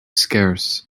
scarce